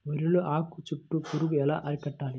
వరిలో ఆకు చుట్టూ పురుగు ఎలా అరికట్టాలి?